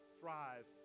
thrive